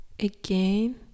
again